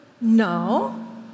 no